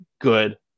good